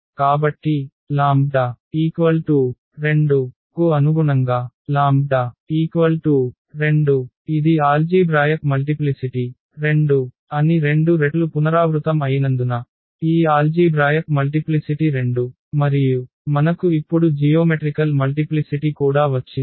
కాబట్టి λ 2 కు అనుగుణంగా λ 2 ఇది ఆల్జీభ్రాయక్ మల్టిప్లిసిటి 2 అని 2 రెట్లు పునరావృతం అయినందున ఈ ఆల్జీభ్రాయక్ మల్టిప్లిసిటి 2 మరియు మనకు ఇప్పుడు జియోమెట్రికల్ మల్టిప్లిసిటి కూడా వచ్చింది